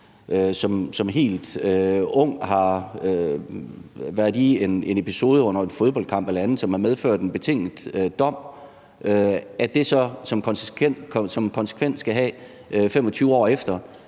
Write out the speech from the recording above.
som helt ung har været i en episode under en fodboldkamp eller andet, som har medført en betinget dom, og at det så skal have som konsekvens 25 år efter,